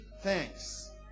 thanks